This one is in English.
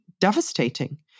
devastating